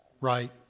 right